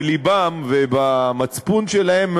בלבם ובמצפון שלהם,